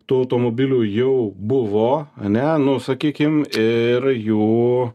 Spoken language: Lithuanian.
tų automobilių jau buvo ane nu sakykim ir jų